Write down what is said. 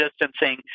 distancing